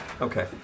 Okay